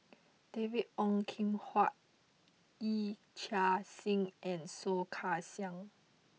David Ong Kim Huat Yee Chia Hsing and Soh Kay Siang